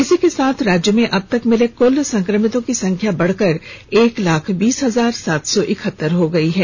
इसी के साथ राज्य में अब तक मिले कुल संक्रमितों की संख्या बढ़कर एक लाख बीस हजार सात सौ इकहत्तर पहुंच गई है